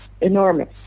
enormous